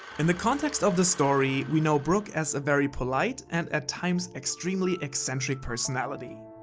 in the context of the story we know brook as a very polite and at times extremely eccentric personality.